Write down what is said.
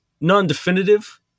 non-definitive